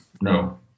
no